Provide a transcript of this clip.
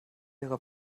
ihrer